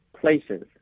places